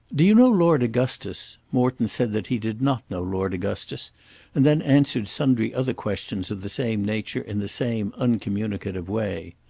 do you know lord augustus? morton said that he did not know lord augustus and then answered sundry other questions of the same nature in the same uncommunicative way.